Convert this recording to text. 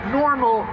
normal